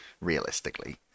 Realistically